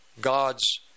God's